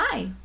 Hi